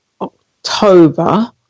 October